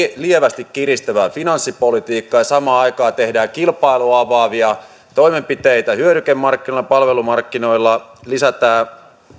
lievästi kiristävää finanssipolitiikkaa ja samaan aikaan tehdään kilpailua avaavia toimenpiteitä hyödykemarkkinoilla palvelumarkkinoilla lisätään